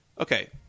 Okay